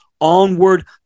onward